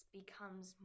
becomes